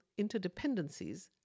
interdependencies